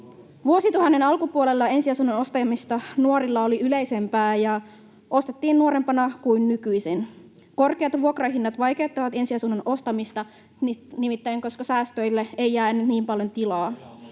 Vuosituhannen alkupuolella ensiasunnon ostaminen oli nuorilla yleisempää ja se ostettiin nuorempana kuin nykyisin. Korkeat vuokrahinnat vaikeuttavat ensiasunnon ostamista, nimittäin koska säästöille ei jää nyt niin paljon tilaa.